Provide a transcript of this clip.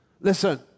Listen